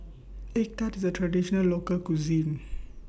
Egg Tart IS A Traditional Local Cuisine